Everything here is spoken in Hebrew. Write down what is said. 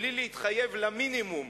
בלי להתחייב למינימום,